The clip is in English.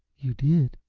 you did?